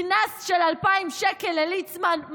קנס של 2,000 שקלים לליצמן?